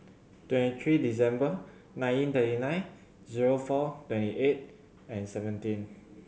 twenty three December nineteen thirty nine zero four twenty eight and seventeen